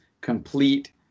complete